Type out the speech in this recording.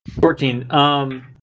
Fourteen